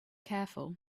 careful